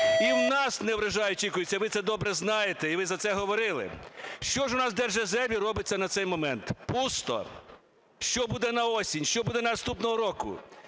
І у нас неврожай очікується, і ви це добре знаєте, і ви за це говорили. Що ж у нас в Держземі робиться на цей момент? Пусто. Що буде на осінь? Що буде наступного року?